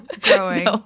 growing